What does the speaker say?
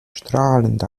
strahlend